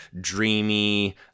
dreamy